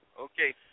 Okay